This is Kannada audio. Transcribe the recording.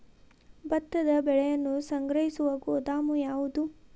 ಭತ್ತದ ಬೆಳೆಯನ್ನು ಸಂಗ್ರಹಿಸುವ ಗೋದಾಮು ಯಾವದು?